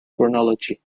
chronology